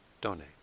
donate